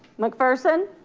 mcpherson.